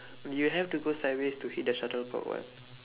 you have to go sideways to hit the shuttlecock [what]